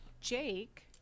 Jake